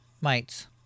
mites